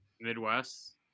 Midwest